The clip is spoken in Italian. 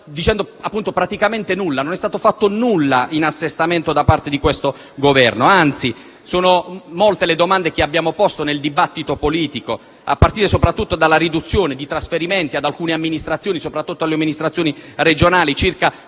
non è stato fatto praticamente nulla in assestamento da parte di questo Governo, anzi. Sono molte le domande che abbiamo posto nel dibattito politico, a partire soprattutto dalla riduzione di trasferimenti ad alcune amministrazioni, soprattutto alle amministrazioni regionali (circa